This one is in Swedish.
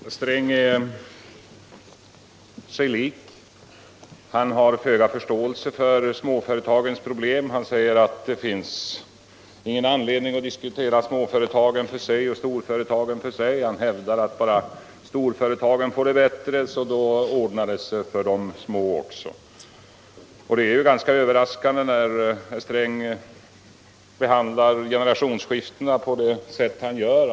Fru talman! Herr Sträng är sig lik. Han har föga förståelse för småföretagens problem. Han säger att det finns ingen anledning att diskutera småföretagen för sig och storföretagen för sig. Han hävdar att bara storföretagen får det bättre ordnar det sig för de små också. Detta är ganska överraskande eftersom herr Sträng behandlar generationsskiftena på det sätt som han gör.